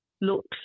looks